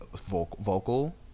vocal